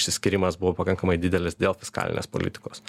išsiskyrimas buvo pakankamai didelis dėl fiskalinės politikos